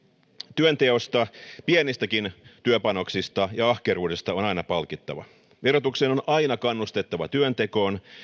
työnteosta pienistäkin työpanoksista ja ahkeruudesta on aina palkittava verotuksen on aina kannustettava työntekoon